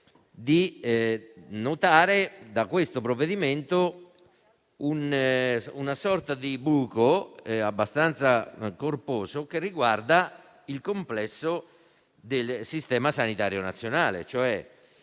che noto in questo testo una sorta di buco abbastanza corposo che riguarda il complesso del sistema sanitario nazionale. Nel